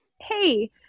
Hey